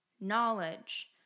knowledge